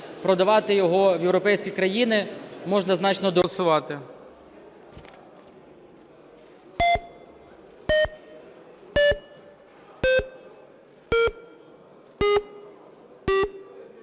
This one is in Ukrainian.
продавати його в європейські країни можна значно дорожче,